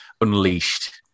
unleashed